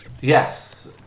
Yes